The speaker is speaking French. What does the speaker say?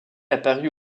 apparut